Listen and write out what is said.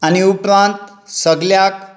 आनी उपरांत सगल्याक